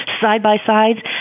side-by-sides